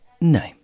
No